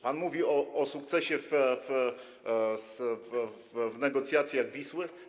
Pan mówi o sukcesie w negocjacjach „Wisły”